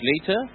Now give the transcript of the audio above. later